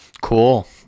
Cool